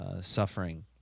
suffering